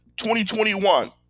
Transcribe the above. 2021